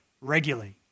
regularly